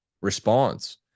response